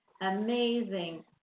amazing